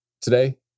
today